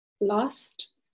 lost